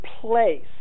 place